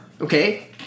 okay